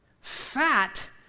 Fat